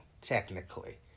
technically